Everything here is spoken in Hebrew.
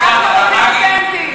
אנחנו רוצים דוגמאות ממרקש,